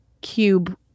cube